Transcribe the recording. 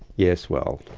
yes, well,